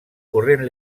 corrent